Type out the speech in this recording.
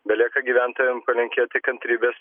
belieka gyventojam palinkėti kantrybės